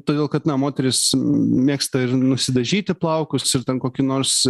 todėl kad na moterys mėgsta ir nusidažyti plaukus ir ten kokį nors